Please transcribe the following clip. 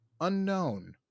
unknown